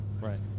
Right